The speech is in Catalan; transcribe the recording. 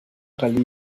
galí